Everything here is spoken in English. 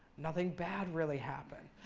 nothing bad really happened.